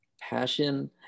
passion